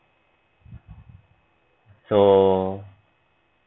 so